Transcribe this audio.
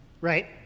right